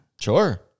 Sure